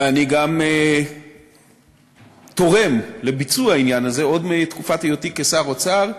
ואני גם תורם לביצוע העניין הזה עוד מתקופת היותי שר אוצר,